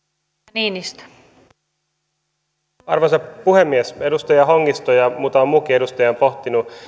arvoisa puhemies edustaja hongisto ja muutama muukin edustaja on pohtinut